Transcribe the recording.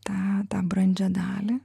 tą tą brandžią dalį